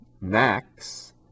max